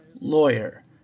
lawyer